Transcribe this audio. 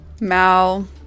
Mal